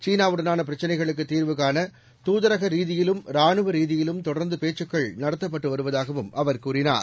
சீனாவுடனான பிரச்சினைகளுக்கு தீர்வு காண தூதரக ரீதியிலும் ராணுவ ரீதியிலும் தொடர்ந்து பேச்சுக்கள் நடத்தப்பட்டு வருவதாகவும் அவர் கூறினார்